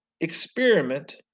experiment